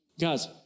Guys